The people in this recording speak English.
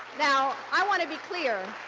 now i want to be clear